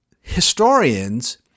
historians